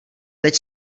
teď